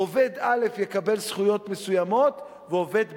עובד א' יקבל זכויות מסוימות, ועובד ב',